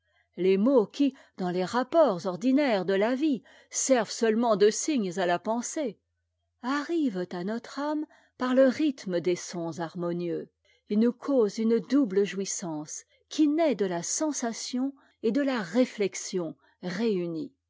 les mots qui dans les rapports ordinaires de la vie servent seulement de signes à la pensée arrivent à notre âme par le rhythme des sons harmonieux et nous causent une double jouissance qui nait de la sensation et de la réflexion réunies